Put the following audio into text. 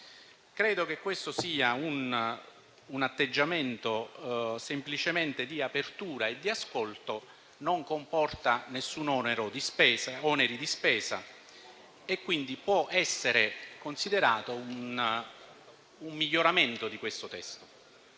Questo è un atteggiamento semplicemente di apertura e di ascolto. Non comporta alcun onere di spesa e quindi può essere considerato un miglioramento di questo testo.